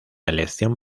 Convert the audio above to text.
elección